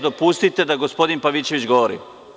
Dopustite da gospodin Pavićević govori.